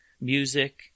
music